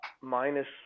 minus